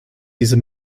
die